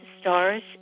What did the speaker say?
stars